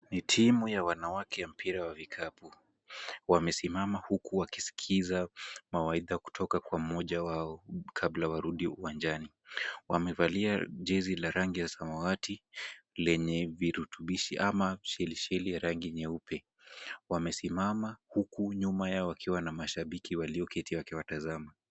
Ni timu ya wanawake ya mpira wa vikapu, wamesimama huku wakisikiza mawaidha kutoka kwa mmoja wao kabla warudi uwanjani, wamevalia jezi la rangi ya samawati lenye virutubishi ama seliseli ya rangi nyeupe, wamesimama huku nyuma yao wakiwa na mashabiki walioketi wakiwatazama.